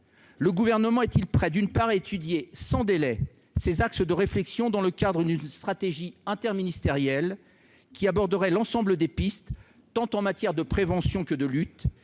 Le Gouvernement est-il prêt, d'une part, à étudier sans délai ces axes de réflexion, dans le cadre d'une stratégie interministérielle abordant l'ensemble des pistes en matière tant de prévention que de lutte,